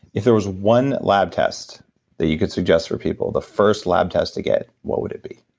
if there was one lab test that you could suggest for people, the first lab test to get, what would it be?